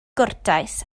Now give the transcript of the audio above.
gwrtais